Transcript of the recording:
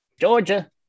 Georgia